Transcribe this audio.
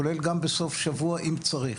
כולל גם בסוף שבוע אם צריך.